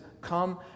come